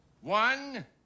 One